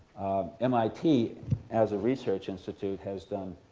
mit as a research institute has done